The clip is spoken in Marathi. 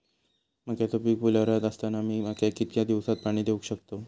मक्याचो पीक फुलोऱ्यात असताना मी मक्याक कितक्या दिवसात पाणी देऊक शकताव?